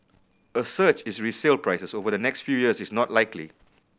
a surge in resale prices over the next few years is not likely